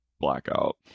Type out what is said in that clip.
blackout